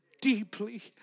deeply